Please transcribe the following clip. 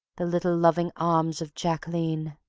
the little loving arms of jacqueline.